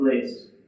place